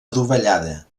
adovellada